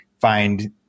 find